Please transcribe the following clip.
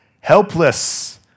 Helpless